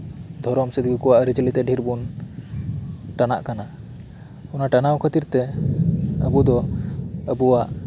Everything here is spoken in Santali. ᱫᱷᱚᱨᱚᱢ ᱥᱮ ᱫᱤᱠᱩ ᱠᱚᱣᱟᱜ ᱟᱹᱨᱤᱪᱟᱹᱞᱤᱛᱮ ᱰᱷᱤᱨᱵᱩᱱ ᱴᱟᱱᱟᱜ ᱠᱟᱱᱟ ᱚᱱᱟ ᱴᱟᱱᱟᱣ ᱠᱷᱟᱹᱛᱤᱨ ᱛᱮ ᱟᱵᱩᱫᱚ ᱟᱵᱩᱣᱟᱜ